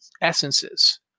essences